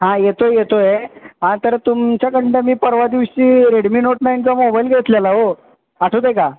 हा येतो आहे येतो आहे हां तर तुमच्याकडून मी परवा दिवशी रेडमी नोट नाईनचा मोबाईल घेतलेला अहो आठवतं आहे का